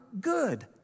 good